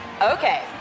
Okay